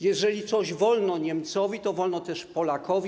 Jeżeli coś wolno Niemcowi, to wolno też Polakowi.